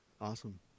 awesome